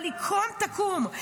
אבל היא קום תקום,